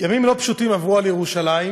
ימים לא פשוטים עברו על ירושלים,